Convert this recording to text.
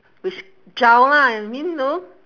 which gel lah I mean know